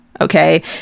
okay